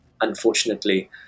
unfortunately